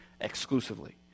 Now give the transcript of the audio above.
exclusively